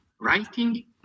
writing